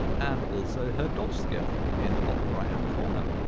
and also her dodge skill in the bottom right hand corner